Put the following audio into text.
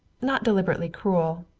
not deliberately cruel,